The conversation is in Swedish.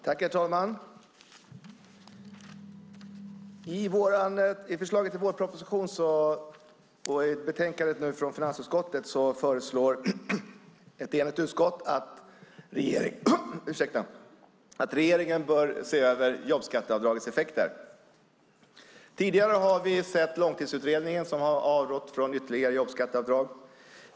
Herr talman! I betänkandet från finansutskottet föreslår ett enigt utskott att regeringen bör se över jobbskatteavdragets effekter. Tidigare har vi sett att Långtidsutredningen avrått från ytterligare jobbskatteavdrag.